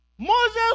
Moses